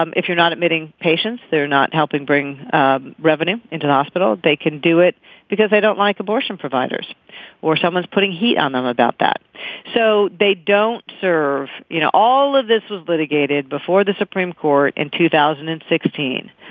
um if you're not admitting patients they're not helping bring revenue into hospital. they can do it because they don't like abortion providers or someone's putting heat on them about that so they don't serve you know all of this was litigated before the supreme court in two thousand and sixteen.